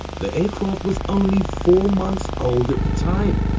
the aircraft was only four months old at the time!